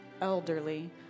elderly